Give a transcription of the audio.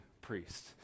priest